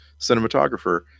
cinematographer